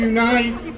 Unite